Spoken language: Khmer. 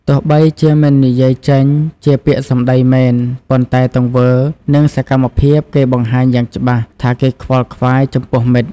ទោះបីជាមិននិយាយចេញជាពាក្យសម្ដីមែន ប៉ុន្តែទង្វើ និងសកម្មភាពគេបង្ហាញយ៉ាងច្បាស់ថាគេខ្វល់ខ្វាយចំពោះមិត្ត។